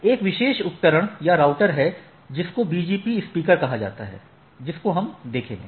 एक विशेष उपकरण या राउटर है जिसको BGP स्पीकर कहा जाता है जिसको हम देखेंगे